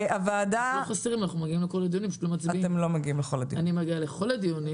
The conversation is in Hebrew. אנחנו לא חסרים, אנחנו מגיעים לכל הדיונים.